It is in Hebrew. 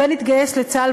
הבן התגייס לצה"ל,